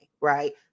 right